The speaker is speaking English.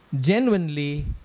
genuinely